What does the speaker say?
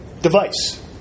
device